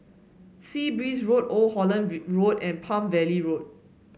Sea Breeze Road Old Holland Road and Palm Valley Road